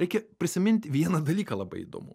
reikia prisiminti vieną dalyką labai įdomu